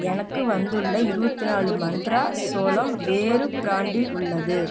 எனக்கு வந்துள்ள இருபத்தி நாலு மந்த்ரா சோளம் வேறு ப்ராண்டில் உள்ளது